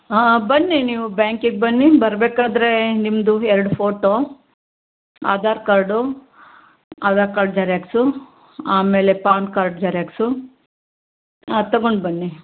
ಹಾಂ ಬನ್ನಿ ನೀವು ಬ್ಯಾಂಕಿಗೆ ಬನ್ನಿ ಬರಬೇಕಾದ್ರೆ ನಿಮ್ಮದು ಎರಡು photo Aadhaar card Aadhaar card xerox ಆಮೇಲೆ ಪಾನ್ ಕಾರ್ಡ್ ಜೆರಾಕ್ಸು ಅದು ತಗೊಂಡು ಬನ್ನಿ